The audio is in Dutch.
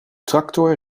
tractor